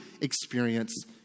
experience